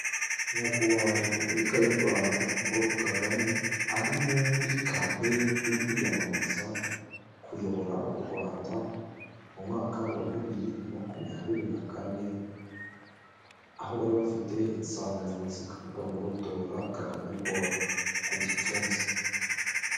Nyakubahwa wa Repubulika y'u Rwanda Paul Kagame, ari muri kampene yo kwiyamamaza kuyobora u Rwanda mu mwaka wa 2024, aho bari bafite insanganyamatsiko ivuga ngo "Tora Kagame Paul ku gipfunsi".